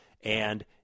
And-